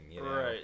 right